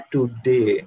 Today